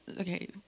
okay